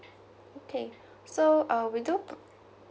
okay so uh we do